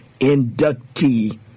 inductee